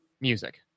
music